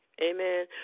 amen